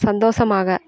சந்தோஷமாக